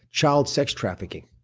child sex trafficking.